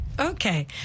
Okay